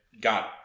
got